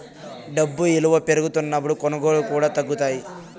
డబ్బు ఇలువ పెరుగుతున్నప్పుడు కొనుగోళ్ళు కూడా తగ్గుతాయి